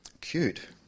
cute